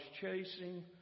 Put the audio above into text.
chasing